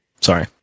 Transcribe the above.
sorry